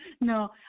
no